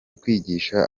kwigisha